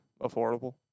Affordable